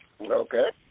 Okay